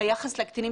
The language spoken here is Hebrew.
היחס לקטינים,